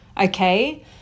Okay